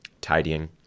tidying